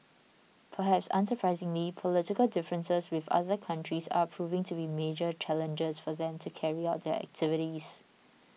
perhaps unsurprisingly political differences with other countries are proving to be major challenges for them to carry out their activities